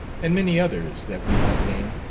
and many others that we might name,